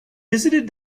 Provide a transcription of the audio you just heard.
visited